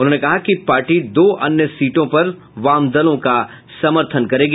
उन्होंने कहा कि पार्टी दो अन्य सीटों पर वामदलों का समर्थन करेगी